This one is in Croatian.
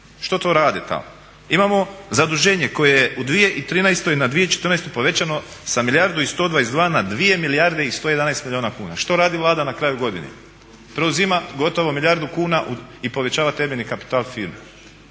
što to radi tamo? Imamo zaduženje koje u 2013. na 2014. povećano sa milijardu i 122 na 2 milijarde i 111 milijuna kuna. Što radi Vlada na kraju godine? Preuzima gotovo milijardu kuna i povećava temeljni kapital firme.